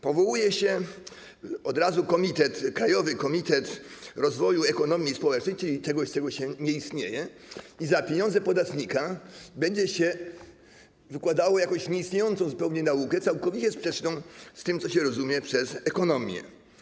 Powołuje się od razu komitet, Krajowy Komitet Rozwoju Ekonomii Społecznej, czyli czegoś, co nie istnieje, i za pieniądze podatnika będzie się wykładało jakąś nieistniejącą zupełnie naukę, całkowicie sprzeczną z tym, co się rozumie przez ekonomię.